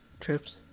trips